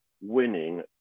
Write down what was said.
winning